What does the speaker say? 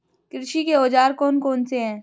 कृषि के औजार कौन कौन से हैं?